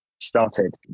Started